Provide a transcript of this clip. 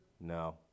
No